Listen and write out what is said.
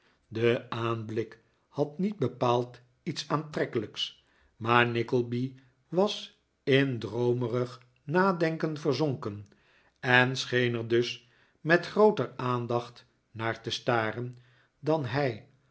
de aanblik had niet bepaald iets aantrekkelijks maar nickleby was in drpomerig nadenken verzonken en scheen er dus met grooter aandacht naar te staren dan hij